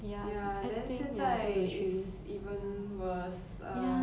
ya then 现在 is even worse uh